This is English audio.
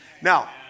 Now